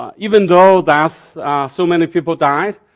ah even though that so many people died,